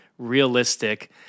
realistic